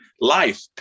life